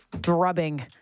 drubbing